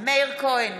מאיר כהן,